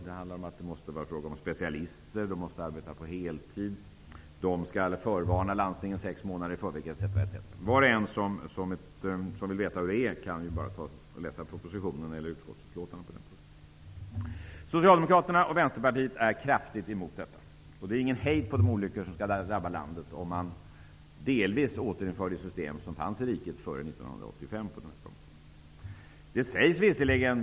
Det måste vara fråga om specialister, de måste arbeta på heltid, de skall förvarna landstingen sex månader i förväg etc. Var och en som vill veta hur det egentligen är kan läsa propositionen eller utskottsutlåtandet på den punkten. Socialdemokraterna och Vänsterpartiet är kraftigt emot detta. Det är ingen hejd på de olyckor som kommer att drabba landet om man delvis återinför det system som fanns i riket före 1985.